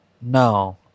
No